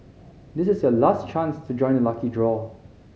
this is your last chance to join the lucky draw